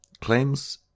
claims